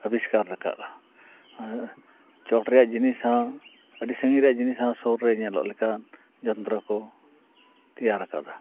ᱟᱵᱤᱥᱠᱟᱨ ᱟᱠᱟᱜᱼᱟ ᱪᱚᱴ ᱨᱮᱭᱟᱜ ᱡᱤᱱᱤᱥ ᱦᱚᱸ ᱟᱹᱰᱤ ᱥᱟᱺᱜᱤᱧ ᱨᱮᱭᱟᱜ ᱡᱤᱱᱤᱥ ᱦᱚᱸ ᱥᱩᱨ ᱨᱮ ᱧᱮᱞᱚᱜ ᱞᱮᱠᱟᱱ ᱡᱚᱱᱛᱨᱚ ᱠᱚ ᱛᱮᱭᱟᱨ ᱟᱠᱟᱫᱟ